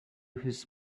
his